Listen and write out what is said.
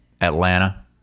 Atlanta